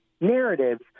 narratives